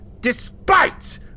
despite-